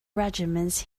regiments